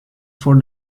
for